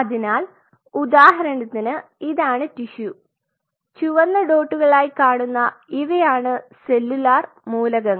അതിനാൽ ഉദാഹരണത്തിന് ഇതാണ് ടിഷ്യു ചുവന്ന ഡോട്ടുകളായി കാണുന്ന ഇവയാണ് സെല്ലുലാർ മൂലകങ്ങൾ